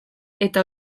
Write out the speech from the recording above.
eta